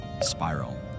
spiral